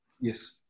Yes